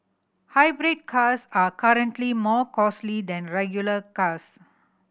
hybrid cars are currently more costly than regular cars